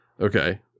Okay